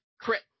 Crit